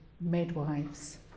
midwives